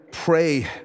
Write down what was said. Pray